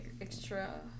extra